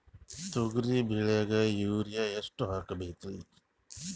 ತೊಗರಿ ಬೆಳಿಗ ಯೂರಿಯಎಷ್ಟು ಹಾಕಬೇಕರಿ?